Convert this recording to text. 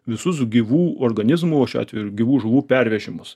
visus gyvų organizmų o šiuo atveju ir gyvų žuvų pervežimus